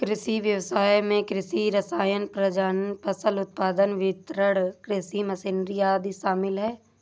कृषि व्ययसाय में कृषि रसायन, प्रजनन, फसल उत्पादन, वितरण, कृषि मशीनरी आदि शामिल है